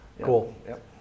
cool